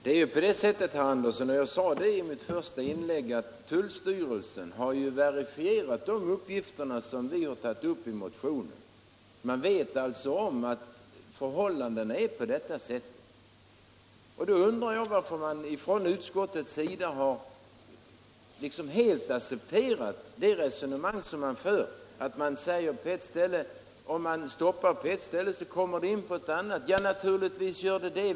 Herr talman! Som jag sade i mitt första inlägg har tullstyrelsen verifierat de uppgifter vi lämnat i motionen. Man vet alltså om att förhållandena är sådana som vi har beskrivit dem. Då undrar jag varför utskottet helt har accepterat resonemanget att om narkotikatillförseln stoppas på ett ställe så kommer narkotikan in på ett annat. Ja, naturligtvis gör den det.